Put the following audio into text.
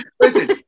listen